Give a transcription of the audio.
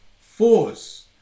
force